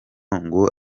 ngo